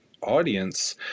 audience